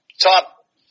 top